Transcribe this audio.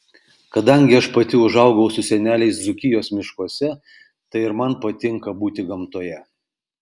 kadangi aš pati užaugau su seneliais dzūkijos miškuose tai ir man patinka būti gamtoje